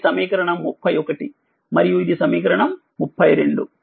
ఇది సమీకరణం 31 మరియు ఇది సమీకరణం 32